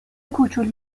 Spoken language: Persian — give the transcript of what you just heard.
کوچول